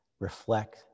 Reflect